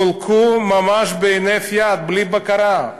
חולקו ממש בהינף יד, בלי בקרה,